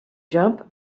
jump